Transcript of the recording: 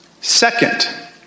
Second